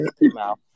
mouth